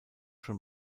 schon